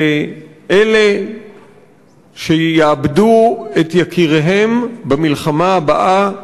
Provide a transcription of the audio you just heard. לאלה שיאבדו את יקיריהם במלחמה הבאה,